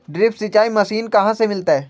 Drip सिंचाई machine कहाँ से मिलतै?